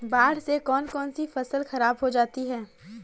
बाढ़ से कौन कौन सी फसल खराब हो जाती है?